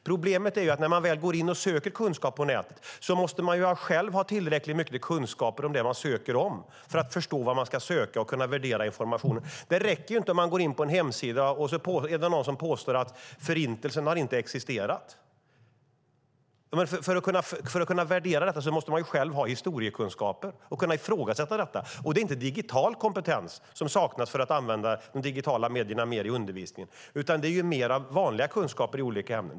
Problemet är att när man väl söker kunskap på nätet måste man själv ha tillräckligt mycket kunskaper om det man söker för att förstå vad man ska söka och sedan värdera informationen. Det räcker inte att gå in på en hemsida och läsa ett påstående om att Förintelsen inte har existerat. För att kunna värdera detta måste man själv ha historiekunskaper och kunna ifrågasätta detta. Det är inte digital kompetens som saknas för att använda de digitala medierna mer i undervisningen, utan det är mer fråga om vanliga kunskaper i olika ämnen.